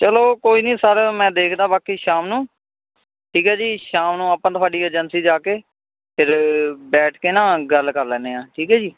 ਚਲੋ ਕੋਈ ਨਹੀਂ ਸਰ ਮੈਂ ਦੇਖਦਾ ਬਾਕੀ ਸ਼ਾਮ ਨੂੰ ਠੀਕ ਹੈ ਜੀ ਸ਼ਾਮ ਨੂੰ ਆਪਾਂ ਤੁਹਾਡੀ ਏਜੰਸੀ ਜਾ ਕੇ ਫਿਰ ਬੈਠ ਕੇ ਨਾ ਗੱਲ ਕਰ ਲੈਂਦੇ ਹਾਂ ਠੀਕ ਹੈ ਜੀ